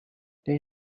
there